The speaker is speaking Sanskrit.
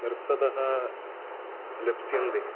नृत्ततः लप्स्यन्ते